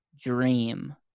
dream